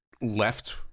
left